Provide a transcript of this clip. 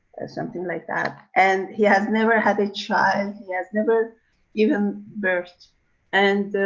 something like that. and he has never had a child, he has never given birth and.